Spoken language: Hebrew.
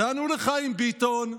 נתנו לחיים ביטון,